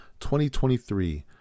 2023